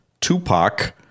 tupac